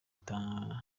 ritangaje